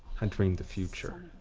i dream the future.